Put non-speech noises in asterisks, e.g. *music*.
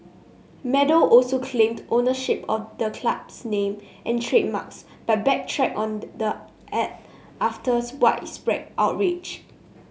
meadow also claimed ownership of the club's name and trademarks but backtracked on *unintelligible* after widespread outrage